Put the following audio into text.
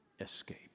escape